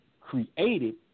created